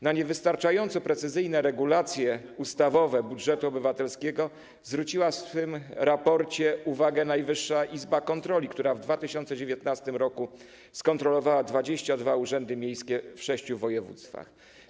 Na niewystraczająco precyzyjne regulacje ustawowe budżetu obywatelskiego zwróciła w swoim raporcie uwagę Najwyższa Izba Kontroli, która w 2019 r. skontrolowała 22 urzędy miejskie w sześciu województwach.